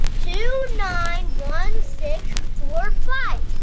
two, nine, one, six, four, five!